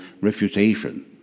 refutation